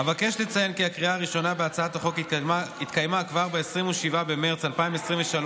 אבקש לציין כי הקריאה הראשונה בהצעת החוק התקיימה כבר ב-27 במרץ 2023,